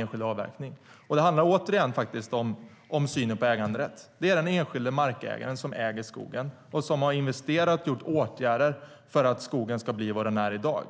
enskild avverkning. Det handlar återigen om synen på äganderätten. Det är den enskilda markägaren som äger skogen, som har investerat och vidtagit åtgärder för att skogen ska bli vad den är i dag.